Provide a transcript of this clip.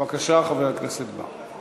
בבקשה, חבר הכנסת בר.